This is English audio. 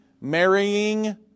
marrying